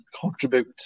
contribute